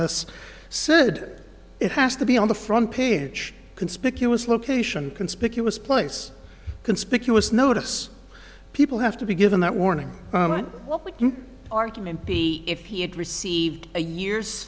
this so it has to be on the front page conspicuous location conspicuous place conspicuous notice people have to be given that warning argument b if he had received a year's